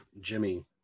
jimmy